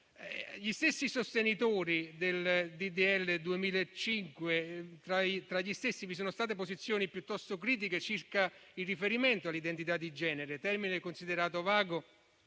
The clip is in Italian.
gli stessi sostenitori del disegno di legge n. 2005 ci sono state posizioni piuttosto critiche circa il riferimento all'identità di genere, termine considerato vago